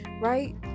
right